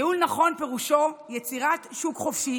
ניהול נכון פירושו יצירת שוק חופשי